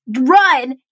run